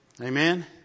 Amen